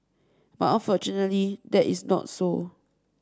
but unfortunately that is not so